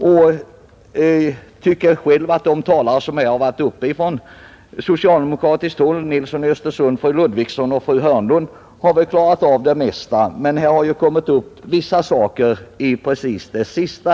Jag tycker själv att de talare från socialdemokratiskt håll som deltagit i diskussionen — herr Nilsson i Östersund, fru Ludvigsson och fru Hörnlund — har klarat av det mesta, men det har ju kommit upp vissa saker nu senast.